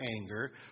anger